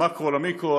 מהמקרו למיקרו,